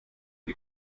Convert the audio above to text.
die